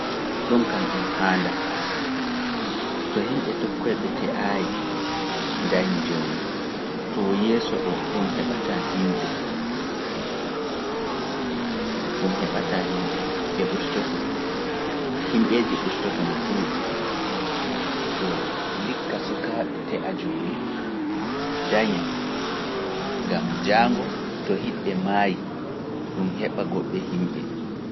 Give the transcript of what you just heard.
Ɗum kam ɗum haanda, to himɓe tokkoyɓe te'aay ndañi jooni, to yeeso ɗo ɗum heɓataa himɓe, ɓe ustoto, himɓeeje ustoto no ɗuuɗi. Ndikka sukaaɓe te'a jooni daña, gam jaango to hiɗbe maayi, ɗum heɓa goɗɗe himɓe.